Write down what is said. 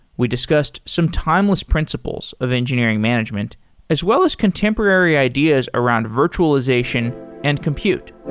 we discussed some timeless principal of engineering management as well as contemporary ideas around virtualization and compute